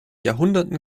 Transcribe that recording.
jahrhunderten